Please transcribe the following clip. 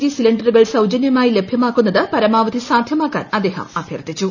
G സിലിണ്ടറുകൾ സൌജന്യമായി ലഭ്യമാക്കുന്നത് പരമാവധി സാധ്യമാക്കാൻ അദ്ദേഹം അഭ്യർത്ഥിച്ചു